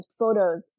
photos